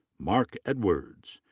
mark edwards.